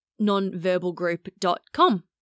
nonverbalgroup.com